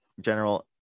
general